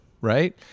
Right